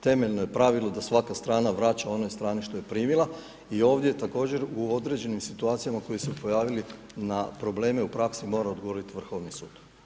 Temeljno je pravilo da svaka strana vraća onoj strani što je primila i ovdje također u određenim situacijama koje su se pojavili na probleme u praksi, mora odgovoriti Vrhovni sud.